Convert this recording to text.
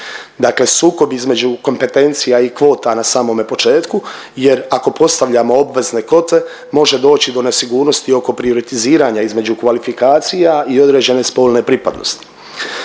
Dakle, sukob između kompetencija i kvota na samome početku, jer ako postavljamo obvezne kvote može doći do nesigurnosti oko prioritiziranja između kvalifikacija i određene spolne pripadnosti.